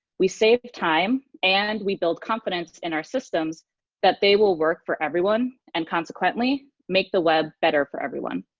we save the time and we build confidence in our systems that they will work for everyone and consequently make the web better for everyone.